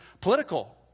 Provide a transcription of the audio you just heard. political